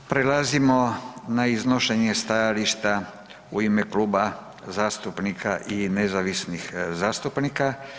Prelazimo na iznošenje stajališta u ime Kluba zastupnika i nezavisnih zastupnika.